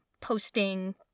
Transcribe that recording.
posting